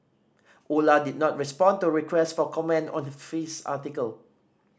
Ola did not respond to requests for comment this article